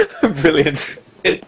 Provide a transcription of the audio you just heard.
Brilliant